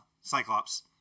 cyclops